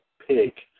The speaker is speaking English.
pick